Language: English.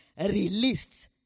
released